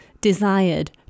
desired